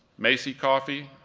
macy coffey,